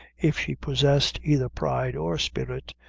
if she possessed either pride or spirit,